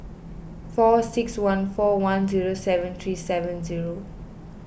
four six one four one zero seven three seven zero